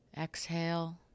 Exhale